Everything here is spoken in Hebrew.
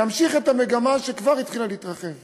להמשיך את המגמה שכבר התחילה להתרחב